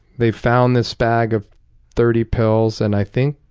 they found this bag of thirty pills and i think,